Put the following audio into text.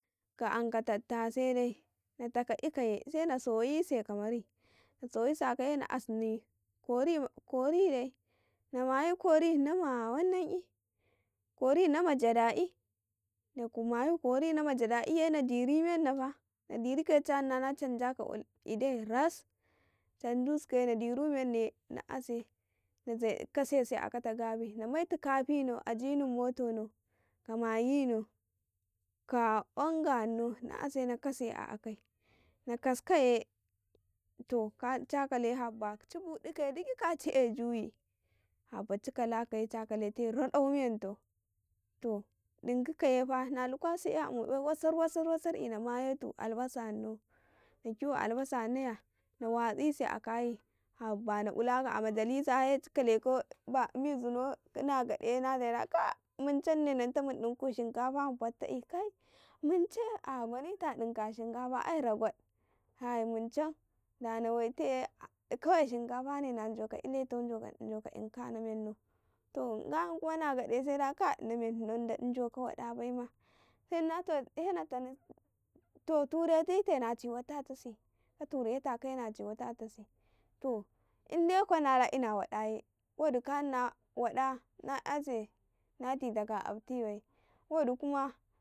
﻿Ka anka tattase daie na taka'ika ikaye se na soyi se ka maruyi, na soyisa ke na asni na kori ma dada ƃi na diri menhnafa nadiri kaya ca hna na canja ka idai rai canju sukaye nadiru mehnaye na aseƙ na kasese a a kata gabi namaiti kafi no, ajini moto no, maggino, ka onga no na ase na zabe a akai na kaskaye to ca kala habba gidi kaci na kiye haba ci kalakaye cakale te radau mentau to dinkikajese' na lukase e safar safar na mayeti albasa na kiyu albasa ya na zabe akayi ote na ulaka a majalisaye he ci kalekau mizinau naga de nakaya munchanne nanta mandi ɗinku shinkafa ma fattaƃi ote mun, chai jaukasi a dinka shinkafa bai tam ote munchan dana waiteye ote shinkafa ne najunka wltan jauka dinkana mennan to nga yarikuwa na gade se da ote menhnau jauka waɗa baima he na tanni to turerise na ciwatatasi, katun netaye na ciwatatasi to inde kwa nala ina waɗaye wadi ka hna wada na yasi na tikaka afti bai wadi kuma.